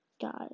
guys